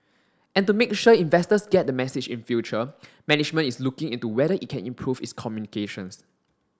and to make sure investors get the message in future management is looking into whether it can improve its communications